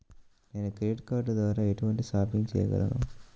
నేను credit card ద్వార ఎటువంటి షాపింగ్ చెయ్యగలను?